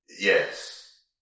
Yes